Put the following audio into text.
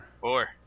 Four